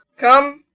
come,